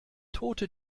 tote